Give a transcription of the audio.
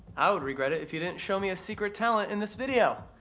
i would regret it if you didn't show me a secret talent in this video.